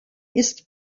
ist